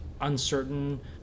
uncertain